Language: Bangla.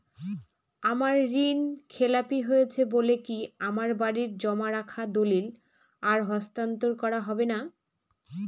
আমার ঋণ খেলাপি হয়েছে বলে কি আমার বাড়ির জমা রাখা দলিল আর হস্তান্তর করা হবে না?